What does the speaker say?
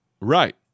Right